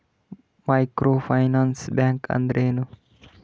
Micro finance bank ಅಂದ್ರ ಏನು?